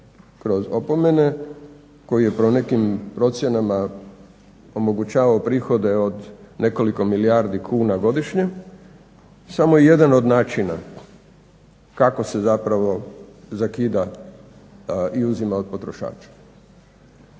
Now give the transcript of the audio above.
kroz opomene koji je po nekim procjenama omogućavao prihode od nekoliko milijardi kuna godišnje samo je jedan od načina kako se zapravo zakida i uzima od potrošača.